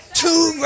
two